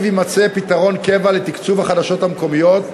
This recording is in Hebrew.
יימצא פתרון קבע לתקצוב החדשות המקומיות,